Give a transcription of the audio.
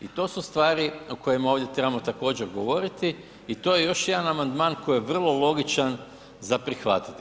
I to su stvari o kojima ovdje trebamo također, govoriti i to je još jedan amandman koji je vrlo logičan za prihvatiti.